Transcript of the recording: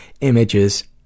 images